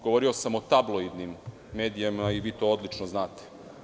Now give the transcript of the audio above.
Govorio sam o tabloidnim medijima i vi to odlično znate.